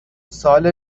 سال